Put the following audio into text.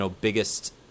biggest